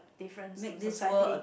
difference to society